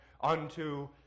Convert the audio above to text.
unto